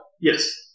Yes